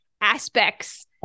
aspects